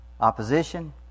opposition